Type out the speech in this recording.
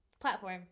Platform